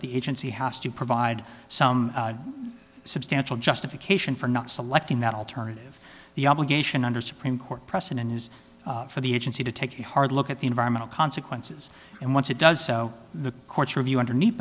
the agency has to provide some substantial justification for not selecting that alternative the obligation under supreme court precedent is for the agency to take a hard look at the environmental consequences and once it does so the courts review underneath